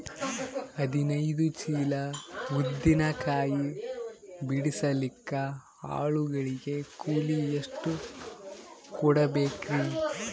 ಹದಿನೈದು ಚೀಲ ಉದ್ದಿನ ಕಾಯಿ ಬಿಡಸಲಿಕ ಆಳು ಗಳಿಗೆ ಕೂಲಿ ಎಷ್ಟು ಕೂಡಬೆಕರೀ?